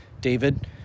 David